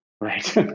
right